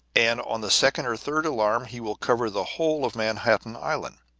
and on the second or third alarm he will cover the whole of manhattan island.